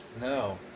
No